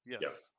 yes